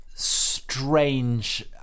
strange